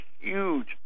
huge